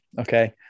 Okay